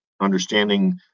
understanding